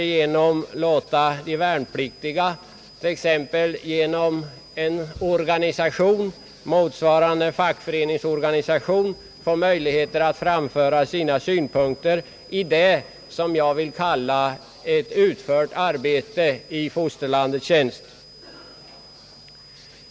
Man kunde låta de värnpliktiga genom en organisation, motsvarande t.ex. en fackförening, få möjligheter att framföra sina synpunkter på sitt arbete i fosterlandets tjänst.